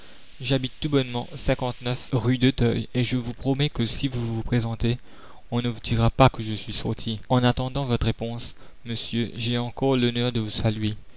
j'habite tout bonnement rue d'auteuil et je vous promets que si vous vous présentez on ne vous dira pas que je suis sorti en attendant votre réponse monsieur j'ai encore l'honneur de vous saluer